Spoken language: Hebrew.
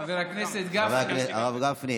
חבר הכנסת גפני.